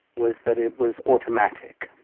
was that it was automatic,